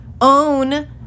own